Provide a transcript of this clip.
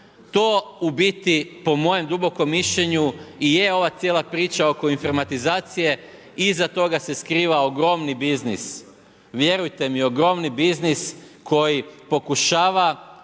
To u biti, po mojem dubokom mišljenju i je ova cijela priča oko informatizacije, iza toga se skrivao ogromni biznis, vjerujte mi ogromni biznis, koji pokušava